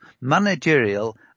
managerial